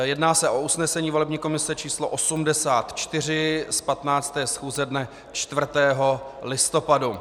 Jedná se o usnesení volební komise číslo 84 z 15. schůze dne 4. listopadu.